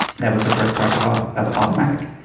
that was the first product of but of automattic.